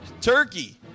turkey